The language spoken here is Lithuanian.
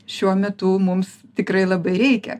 šiuo metu mums tikrai labai reikia